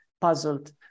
puzzled